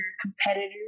competitors